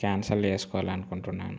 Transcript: cancel చేసుకోవాలనుకుంటున్నాను